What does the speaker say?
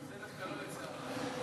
זה דווקא לא "לצערך",